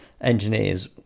engineers